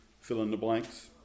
fill-in-the-blanks